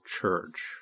Church